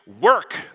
work